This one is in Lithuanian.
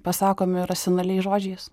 pasakomi racionaliai žodžiais